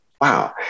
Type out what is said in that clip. Wow